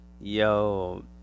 Yo